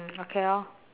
okay lor